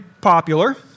popular